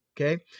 Okay